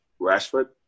Rashford